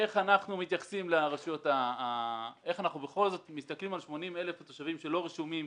איך אנחנו בכל זאת מסתכלים על 80,000 התושבים שלא רשומים